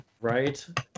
Right